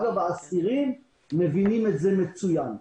אגב, האסירים מבינים את זה מצוין.